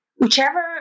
Whichever